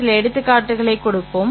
சில எடுத்துக்காட்டுகளைக் கொடுப்போம்